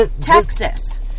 Texas